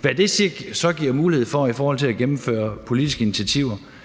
Hvad det så giver mulighed for i forhold til at gennemføre politiske initiativer,